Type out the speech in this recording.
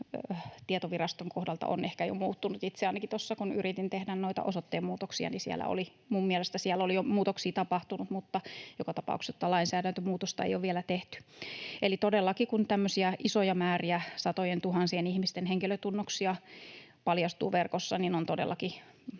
väestötietoviraston kohdalta on jo muuttunut — ainakin kun itse yritin tehdä osoitteenmuutoksia, niin minun mielestäni siellä oli jo muutoksia tapahtunut. Mutta joka tapauksessa lainsäädäntömuutosta ei ole vielä tehty. Kun tämmöisiä isoja määriä — satojentuhansien ihmisten — henkilötunnuksia paljastuu verkossa, niin on todellakin